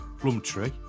Plumtree